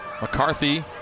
McCarthy